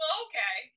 okay